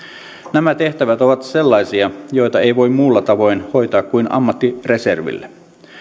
nämä tehtävät ovat sellaisia joita ei voi muulla tavoin hoitaa kuin ammattireservillä